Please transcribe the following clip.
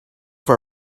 for